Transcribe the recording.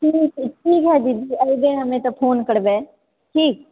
ठीक हय ठीक हय दीदी एबै हमे तऽ फोन करबै ठीक